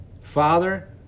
Father